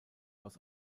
aus